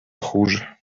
хуже